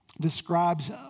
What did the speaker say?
describes